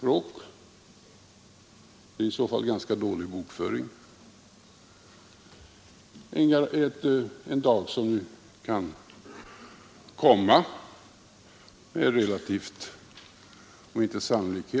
Det är i så fall en ganska dålig bokföring.